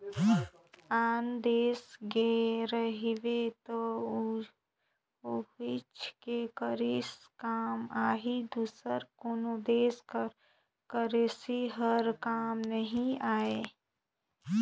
आन देस गे रहिबे त उहींच के करेंसी काम आही दूसर कोनो देस कर करेंसी हर काम नी आए